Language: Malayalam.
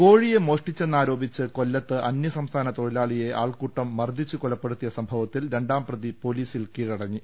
കോഴിയെ മോഷ്ടിച്ചെന്നാരോപിച്ച് കൊല്ലത്ത് അന്യസം സ്ഥാന തൊഴിലാളിയെ ആൾക്കൂട്ടം മർദ്ദിച്ചുകൊലപ്പെടുത്തിയ സംഭവത്തിൽ രണ്ടാം പ്രതി പൊലീസിൽ കീഴടങ്ങി